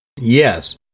Yes